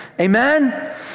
Amen